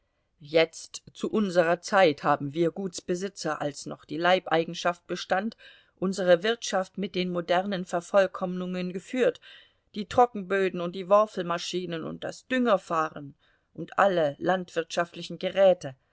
jetzt zu unserer zeit haben wir gutsbesitzer als noch die leibeigenschaft bestand unsere wirtschaft mit den modernen vervollkommnungen geführt die trockenböden und die worfelmaschinen und das düngerfahren und alle landwirtschaftlichen geräte